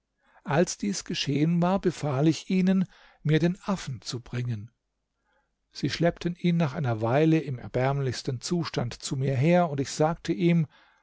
als dies geschehen war befahl ich ihnen mir den affen zu bringen sie schleppten ihn nach einer weile im erbärmlichsten zustand zu mir her und ich sagte ihm